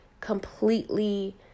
completely